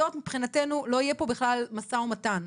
מבחינתנו לא יהיה פה בכלל משא ומתן,